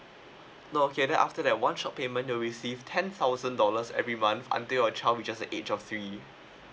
no okay then after that one shot payment you receive ten thousand dollars every month until your child reaches the age of three